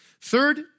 Third